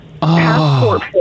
passport